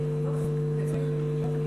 בבקשה, גברתי.